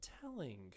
telling